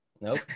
Nope